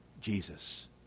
Jesus